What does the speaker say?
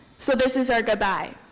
so this is our goodbye,